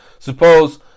Suppose